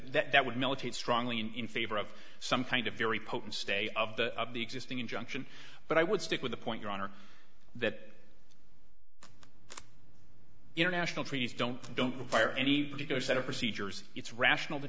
that would militate strongly in favor of some kind of very potent stay of the of the existing injunction but i would stick with a point your honor that international treaties don't don't require any particular set of procedures it's rational to